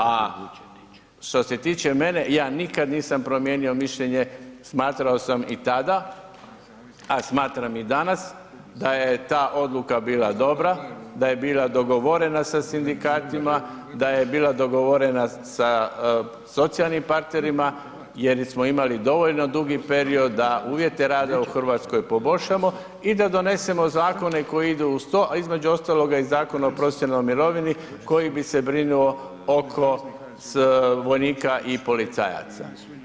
A što se tiče mene, ja nikad nisam promijenio mišljenje, smatrao sam i tada a smatram i danas da je ta odluka bila dobra, da je bila dogovorena sa sindikatima, da je bila dogovorena sa socijalnim partnerima jer smo imali dovoljno dugi period da uvjete rada u Hrvatskoj poboljšamo i da donesemo zakone koji idu uz to a između ostaloga i Zakon o profesionalnoj mirovini koji bi se brinuo oko vojnika i policajaca.